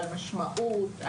משמעות,